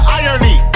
irony